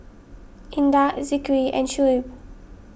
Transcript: Indah a Zikri and Shuib